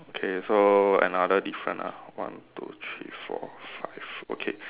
K so another different ah one two three four five okay